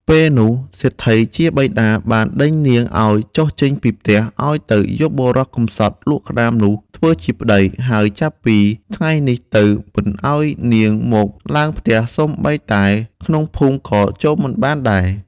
ពេលនោះ សេដ្ឋីជាបិតាបានដេញនាងឲ្យចុះចេញពីផ្ទះឲ្យទៅយកបុរសម្សត់លក់ក្ដាមនោះធ្វើជាប្ដី ហើយចាប់ពីថ្ងៃនេះទៅមិនឲ្យនាងមកឡើងផ្ទះសូម្បីតែក្នុងភូមិក៏ចូលមិនបានដែរ។